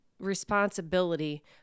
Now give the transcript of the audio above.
responsibility